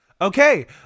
Okay